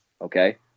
Okay